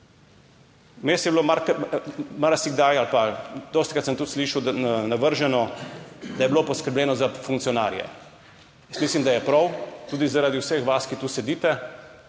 Vmes je bilo marsikdaj ali pa dostikrat sem tudi slišal navrženo, da je bilo poskrbljeno za funkcionarje. Jaz mislim, da je prav, tudi zaradi vseh vas, ki tu sedite